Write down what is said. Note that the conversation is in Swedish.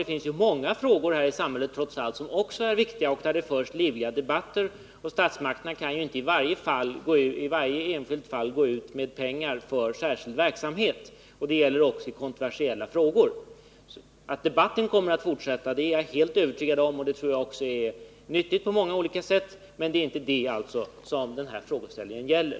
Det finns också andra frågor som är viktiga och där det förs livliga diskussioner. Det gäller också kontroversiella frågor. Statsmakterna kan inte i varje enskilt fall gå ut med pengar för särskilda insatser i sådana sammanhang. Att energidebatten kommer att fortsätta är jag helt övertygad om, och det tror jag också är nyttigt på många olika sätt, men det är inte det som denna frågeställning gäller.